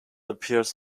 appears